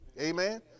Amen